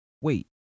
Wait